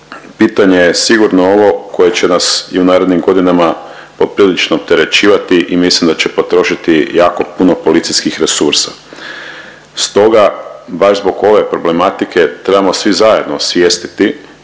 Pitanje je sigurno ovo koje će nas i u narednim godinama poprilično opterećivati i mislim da će potrošiti jako puno policijskih resursa. Stoga baš zbog ove problematike trebamo svi zajedno osvijestiti